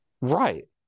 Right